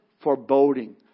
foreboding